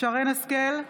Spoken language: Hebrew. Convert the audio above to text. שרן מרים השכל,